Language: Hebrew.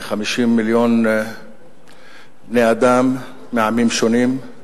כ-50 מיליון בני-אדם מעמים שונים,